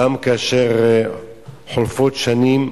גם כאשר חולפות שנים,